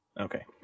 okay